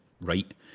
right